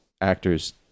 actors